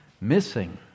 missing